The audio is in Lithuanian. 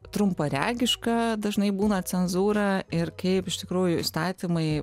trumparegiška dažnai būna cenzūra ir kaip iš tikrųjų įstatymai